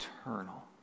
eternal